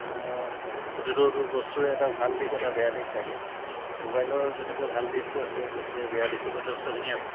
প্ৰতিটো বস্তুৰে এটা ভাল দিশ এটা বেয়া দিশ থাকে মোবাইলৰ যেনেকৈ ভাল দিশো আছে তেনেকৈ বেয়া দিশো যথেষ্টখিনি আছে